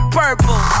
purple